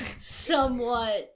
somewhat